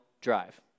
drive